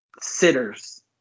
sitters